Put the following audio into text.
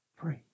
free